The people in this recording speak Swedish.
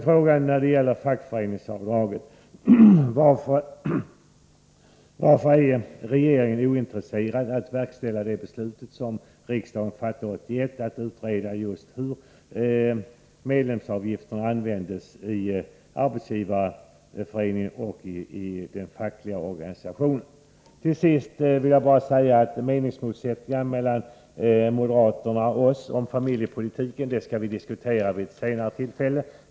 Frågan när det gäller fackföreningsavdraget är: Varför är regeringen ointresserad av att verkställa det beslut som riksdagen fattade 1981 om att utreda hur medlemsavgifterna används av Arbetsgivareföreningen och de fackliga organisationerna? Till sist vill jag bara säga att vi vid ett senare tillfälle kan diskutera meningsmotsättningarna mellan moderaterna och oss när det gäller familjepolitiken.